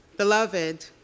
Beloved